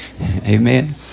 Amen